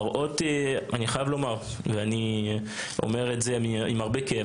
אני אומר את זה עם הרבה כאב,